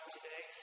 today